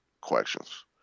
questions